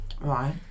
Right